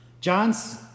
John's